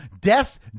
Death